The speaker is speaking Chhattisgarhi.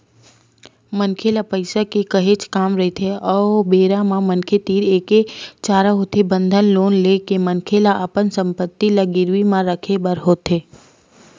मनखे ल पइसा के काहेच काम रहिथे ओ बेरा म मनखे तीर एके चारा होथे बंधक लोन ले के मनखे ल अपन संपत्ति ल गिरवी म रखे बर होथे